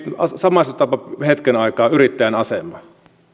samastutaanpa hetken aikaa yrittäjän asemaan